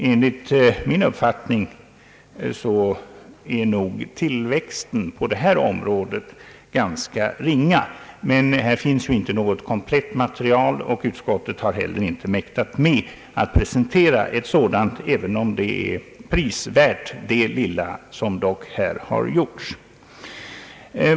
Enligt min mening är nog tillväxten i fråga om egna kapitalet ganska ringa, men här finns inget komplett material. Utskottet har heller inte mäktat med att presentera ett sådant, även om det lilla som gjorts dock är prisvärt.